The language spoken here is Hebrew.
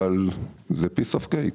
אבל זה piece of cake.